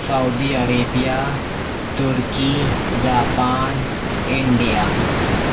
Saudi Arabia Turkey Japan India